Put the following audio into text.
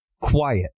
quiet